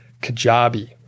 Kajabi